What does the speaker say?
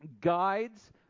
guides